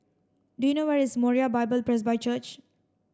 do you know where is Moriah Bible Presby Church